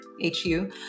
H-U